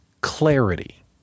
clarity